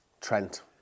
Trent